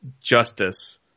justice